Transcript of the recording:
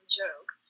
joke